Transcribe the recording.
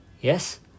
Yes